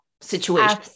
situation